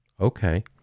okay